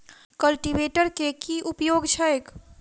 Cultivator केँ की उपयोग छैक?